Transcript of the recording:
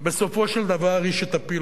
בסופו של דבר היא שתפיל